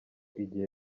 igihe